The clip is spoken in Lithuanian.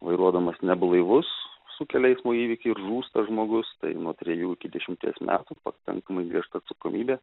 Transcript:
vairuodamas neblaivus sukelia eismo įvykį ir žūsta žmogus tai nuo trejų iki dešimties metų pakankamai griežta atsakomybė